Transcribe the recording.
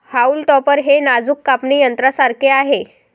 haulm topper हे नाजूक कापणी यंत्रासारखे आहे